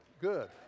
good